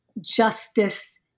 justice